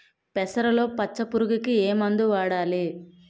పెసరలో పచ్చ పురుగుకి ఏ మందు వాడాలి?